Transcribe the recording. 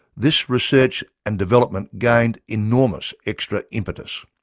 this research and development gained enormous extra impetus.